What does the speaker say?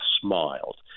smiled